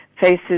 faces